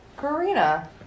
Karina